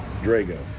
Drago